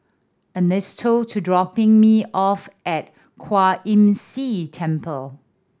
Ernesto to dropping me off at Kwan Imm See Temple